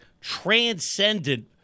transcendent